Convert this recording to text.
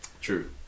True